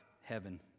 heaven